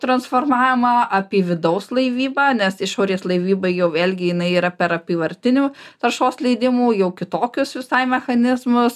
transformavimą apie vidaus laivybą nes išorės laivyba jau vėlgi jinai yra per apyvartinių taršos leidimų jau kitokius visai mechanizmus